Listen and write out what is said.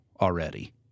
already